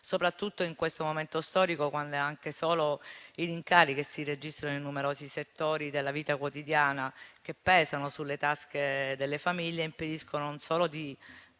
soprattutto in questo momento storico, quando anche solo i rincari che si registrano in numerosi settori della vita quotidiana, che pesano sulle tasche delle famiglie, impediscono non solo di